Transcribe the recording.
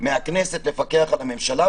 מהכנסת לפקח על הממשלה,